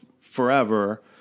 forever